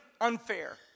unfair